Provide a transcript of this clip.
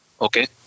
Okay